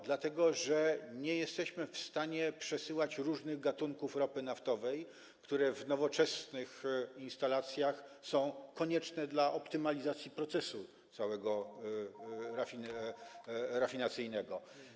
Dlatego że nie jesteśmy w stanie przesyłać różnych gatunków ropy naftowej, które w nowoczesnych instalacjach są konieczne do optymalizacji całego procesu rafinacyjnego.